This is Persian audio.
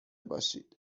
باشید